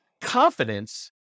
confidence